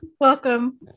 Welcome